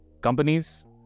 companies